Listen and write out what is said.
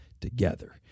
together